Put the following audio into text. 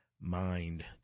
mind